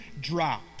drop